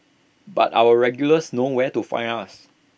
but our regulars know where to find us